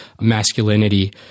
masculinity